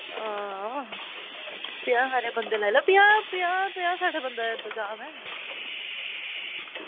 हां पंजाह् हारे बंदे लाई लैओ पंजाह् पंजाह् सट्ठ बंदे दा इंतजाम ऐ